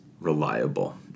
reliable